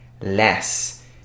less